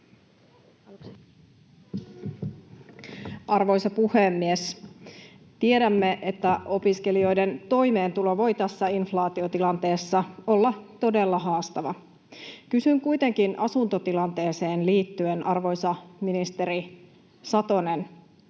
Arvoisa puhemies! Tiedämme, että opiskelijoiden toimeentulo voi tässä inflaatiotilanteessa olla todella haastava. Kysyn kuitenkin asuntotilanteeseen liittyen, arvoisa ministeri Satonen: